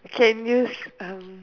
can use um